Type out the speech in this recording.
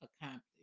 accomplished